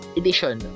edition